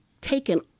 taken